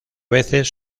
veces